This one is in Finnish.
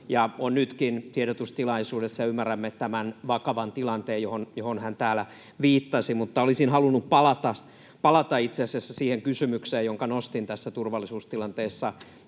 ja on nytkin tiedotustilaisuudessa. Ymmärrämme tämän vakavan tilanteen, johon hän täällä viittasi. Olisin halunnut palata itse asiassa siihen kysymykseen, jonka nostin tässä turvallisuustilanteessa,